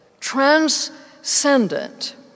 transcendent